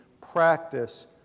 practice